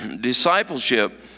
Discipleship